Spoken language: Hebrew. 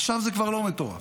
עכשיו זה כבר לא מטורף.